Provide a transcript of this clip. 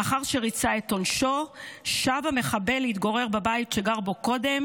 לאחר שריצה את עונשו שב המחבל להתגורר בבית שגר בו קודם,